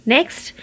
Next